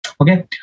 Okay